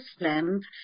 Muslims